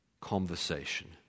conversation